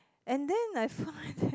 and then I find that